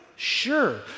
Sure